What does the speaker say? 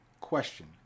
question